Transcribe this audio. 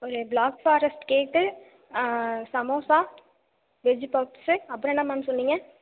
ஒரு black forest cake samosa veg puffs அப்புறம் என்ன மேம் சொன்னீங்க